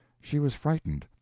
she was frightened,